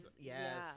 Yes